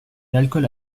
l’alcool